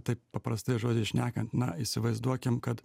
taip paprastais žodžiais šnekant na įsivaizduokim kad